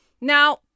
Now